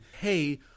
hey